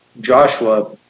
Joshua